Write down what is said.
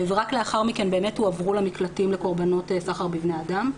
רק לאחר מכן הועברו למקלטים לקורבנות סחר בבני אדם.